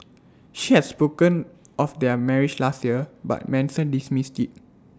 she has spoken of their marriage last year but Manson dismissed IT